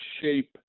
shape